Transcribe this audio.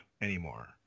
anymore